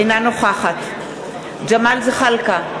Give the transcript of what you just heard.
אינה נוכחת ג'מאל זחאלקה,